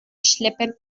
schleppend